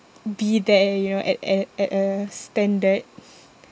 be there you know at at at a standard